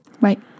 Right